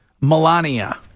Melania